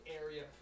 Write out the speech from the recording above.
area